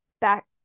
back